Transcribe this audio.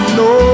no